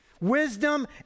Wisdom